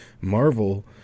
Marvel